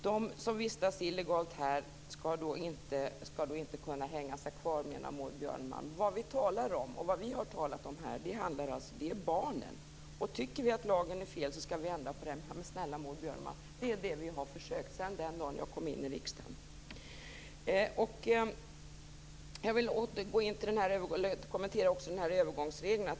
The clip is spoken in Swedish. De som vistas illegalt här skall inte kunna hänga sig kvar, menar Maud Björnemalm. Vad vi talar om här, och vad vi har talat om, är barnen. Tycker vi att lagen är fel skall vi ändra på den, sägs det här. Ja, men snälla Maud Björnemalm, det är ju det vi har försökt sedan den dagen jag kom in i riksdagen. Jag skall också kommentera övergångsreglerna.